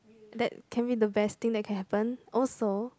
that can be the best thing that can happen also